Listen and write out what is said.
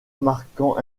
marquant